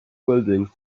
buildings